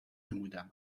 نمودم